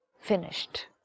finished